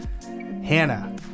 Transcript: Hannah